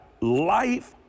life